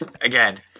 Again